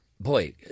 Boy